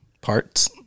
parts